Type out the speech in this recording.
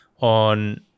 on